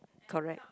correct